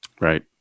Right